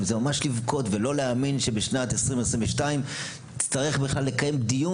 וזה ממש לבכות ולא להאמין שבשנת 2022 תצטרך בכלל לקיים דיון